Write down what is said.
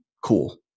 cool